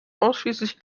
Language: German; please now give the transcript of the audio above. ausschließlich